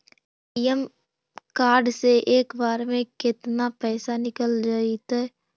ATM card से एक बार में केतना पैसा निकल जइतै?